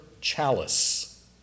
chalice